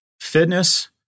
fitness